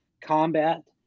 combat